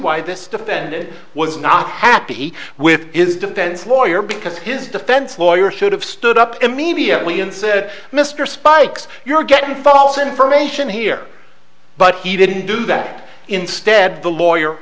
why this defendant was not happy with is defense lawyer because his defense lawyer should have stood up immediately and said mr spikes you're getting false information here but he didn't do that instead the lawyer